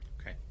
Okay